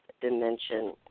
dimension